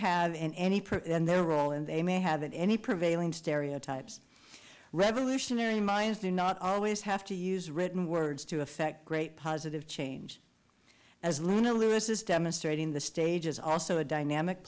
person and their role and they may have at any prevailing stereotypes revolutionary minds do not always have to use written words to affect great positive change as luna lewis is demonstrating the stage is also a dynamic